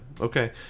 okay